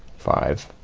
five,